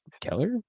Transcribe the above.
keller